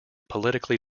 politically